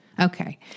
Okay